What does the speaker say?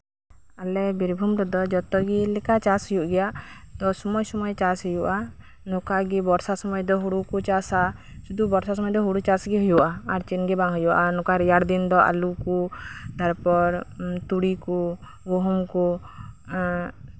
ᱟᱞᱮ ᱵᱤᱨᱵᱷᱩᱢ ᱨᱮᱫᱚ ᱡᱚᱛᱚ ᱞᱮᱠᱟ ᱪᱟᱥ ᱦᱩᱭᱩᱜ ᱜᱮᱭᱟ ᱥᱚᱢᱚᱭ ᱥᱚᱢᱚᱭ ᱪᱟᱥ ᱦᱩᱭᱩᱜᱼᱟ ᱱᱚᱝᱠᱟᱜᱮ ᱵᱚᱨᱥᱟ ᱥᱚᱢᱚᱭ ᱫᱚ ᱦᱩᱲᱩ ᱠᱚ ᱪᱟᱥᱼᱟ ᱥᱩᱫᱷᱩ ᱵᱚᱨᱥᱟ ᱥᱚᱢᱚᱭ ᱫᱚ ᱦᱩᱲᱩ ᱪᱟᱥ ᱜᱮ ᱦᱩᱭᱩᱜᱼᱟ ᱟᱨ ᱪᱮᱫ ᱜᱮ ᱵᱟᱝ ᱦᱩᱭᱩᱜᱼᱟ ᱟᱨ ᱨᱮᱭᱟᱲ ᱫᱤᱱ ᱫᱚ ᱟᱹᱞᱩ ᱠᱚ ᱛᱟᱨᱯᱚᱨ ᱛᱩᱲᱤ ᱠᱚ ᱜᱩᱦᱩᱢ ᱠᱚ ᱛᱟᱨᱯᱚᱨ